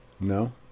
No